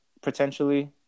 potentially